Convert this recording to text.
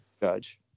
Judge